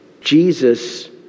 Jesus